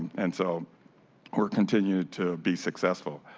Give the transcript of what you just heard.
and so are continuing to be successful.